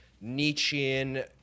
Nietzschean